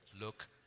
look